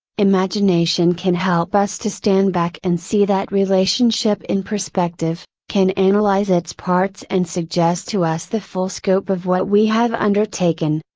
imagination can help us to stand back and see that relationship relationship in perspective, can analyze its parts and suggest to us the full scope of what we have undertaken.